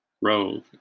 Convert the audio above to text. rove